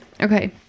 Okay